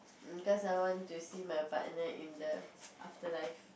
um cause I want to see my partner in the afterlife